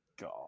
god